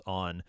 on